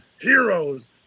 heroes